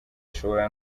ashobora